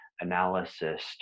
analysis